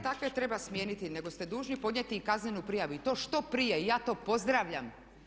Ne da takve treba smijeniti nego ste dužni podnijeti i kaznenu prijavu i to što prije, ja to pozdravljam.